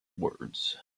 words